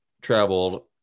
traveled